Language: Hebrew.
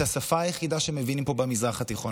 השפה היחידה שמבינים פה במזרח התיכון,